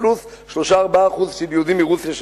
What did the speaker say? פלוס 4%-3% של יהודים מרוסיה,